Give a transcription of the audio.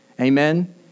Amen